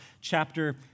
chapter